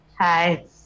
Hi